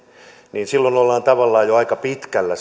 silloin ollaan tavallaan jo aika pitkällä